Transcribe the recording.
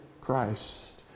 Christ